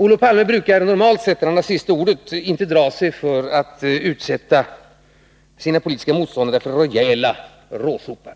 Olof Palme brukar normalt sett när han har sista ordet inte dra sig för att utsätta sina politiska motståndare för rejäla råsopar.